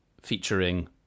featuring